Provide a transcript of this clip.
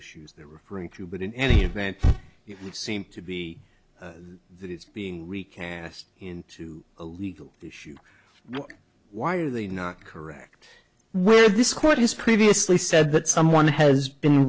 issues they're referring to but in any event you seem to be these being recast into a legal issue why are they not correct where this court has previously said that someone has been